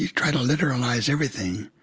try to literalize everything.